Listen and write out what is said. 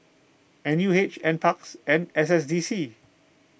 N U H N Parks and S S D C